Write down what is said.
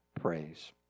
praise